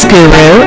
Guru